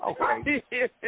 Okay